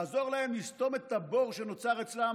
לעזור להם לסתום את הבור שנוצר אצלם